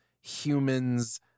humans